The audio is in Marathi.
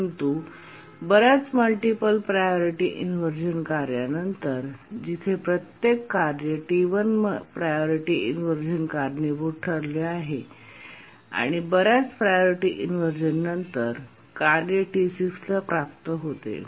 परंतु बर्याच मल्टिपल प्रायोरिटी इनव्हर्जन कार्या नंतर जिथे प्रत्येक कार्य T1 मध्ये प्रायोरिटी इनव्हर्जन कारणीभूत ठरले आहे आणि बर्याच प्रायोरिटी इनव्हर्जन नंतर कार्य T6 ला प्राप्त होते